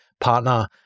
partner